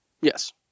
Yes